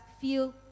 feel